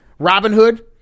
Robinhood